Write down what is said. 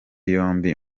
yombi